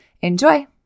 enjoy